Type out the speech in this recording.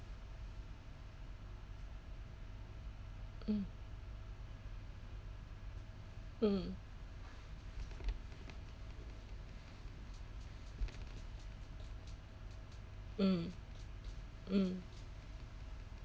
mm mm mm mm